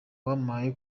wampaye